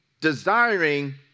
desiring